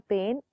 Pain